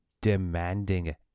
Demanding